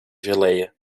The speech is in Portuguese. geléia